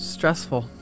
Stressful